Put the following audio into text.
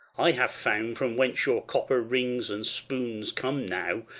i have found from whence your copper rings and spoons come, now,